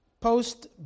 post